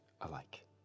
alike